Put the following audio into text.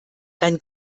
dann